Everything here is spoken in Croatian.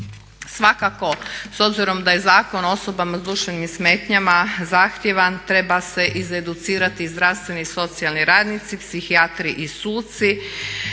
Svakako s obzirom da je Zakon o osobama sa duševnim smetnjama zahtjevan treba se izeducirati zdravstveni i socijalni radnici, psihijatri i suci.